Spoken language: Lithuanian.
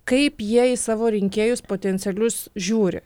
kaip jie į savo rinkėjus potencialius žiūri